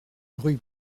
rue